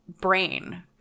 brain